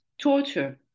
torture